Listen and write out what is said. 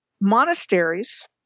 Monasteries